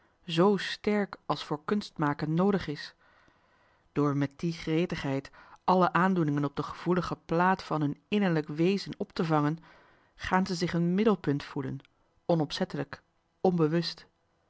z sterk als voor kunstmaken noodig is door met die gretigheid alle aan doeningen op de gevoelige plaat van hun innerlijkwezen op te vangen gaan ze zich een middelpunt voelen onopzettelijk onbewust